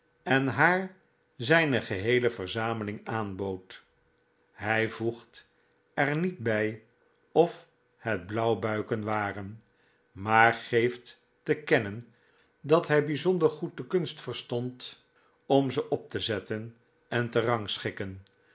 en haar zijne geheele verzameling aanbood hij voegt er niet by of het blauwbuiken waren maar geeft te kennen dat hij bijzonder goed de kunst verstond om ze op te zetten en te rangschikken